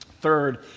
third